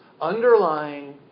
underlying